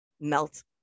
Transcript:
melt